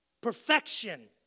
Perfection